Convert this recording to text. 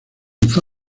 tocó